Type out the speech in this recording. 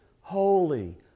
holy